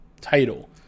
title